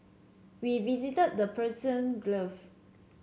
we visited the Persian